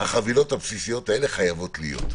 החבילות הבסיסיות האלה חייבות להיות.